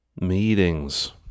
Meetings